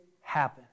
happen